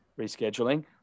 rescheduling